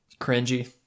Cringy